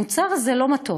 המוצר הזה לא מתוק,